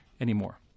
anymore